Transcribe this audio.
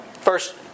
First